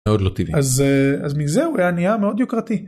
מאוד לא טבעי. אז מזה הוא היה נהיה מאוד יוקרתי.